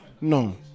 No